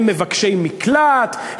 הם מבקשי מקלט,